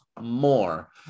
more